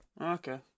Okay